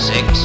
Six